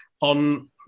on